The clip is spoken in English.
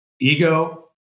ego